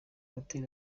hoteli